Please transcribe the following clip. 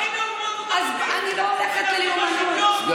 אל תלכי ללאומנות ערבית.